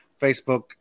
Facebook